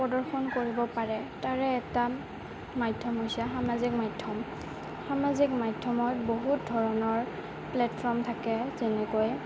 প্ৰদৰ্শন কৰিব পাৰে তাৰে এটা মাধ্যম হৈছে সামাজিক মাধ্যম সামাজিক মাধ্যমত বহুত ধৰণৰ প্লেটফৰ্ম থাকে যেনেকৈ